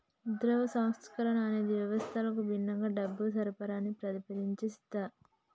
ద్రవ్య సంస్కరణ అనేది వ్యవస్థకు భిన్నంగా డబ్బు సరఫరాని ప్రతిపాదించే సిద్ధాంతం